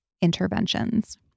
interventions